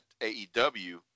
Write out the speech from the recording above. AEW